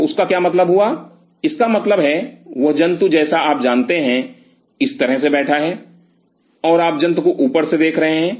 तो उसका क्या मतलब हुआ इसका मतलब है वह जंतु जैसा आप जानते हैं इस तरह से बैठा है और आप जंतु को ऊपर से देख रहे हैं